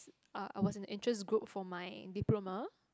uh I was in an interest group for my diploma